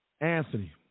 Anthony